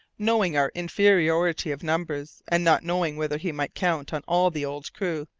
knowing our inferiority of numbers, and not knowing whether he might count on all the old crew,